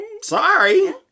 sorry